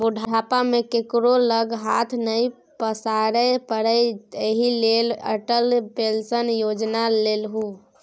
बुढ़ापा मे केकरो लग हाथ नहि पसारै पड़य एहि लेल अटल पेंशन योजना लेलहु